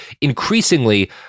increasingly